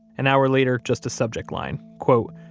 an hour later, just a subject line, quote,